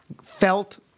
felt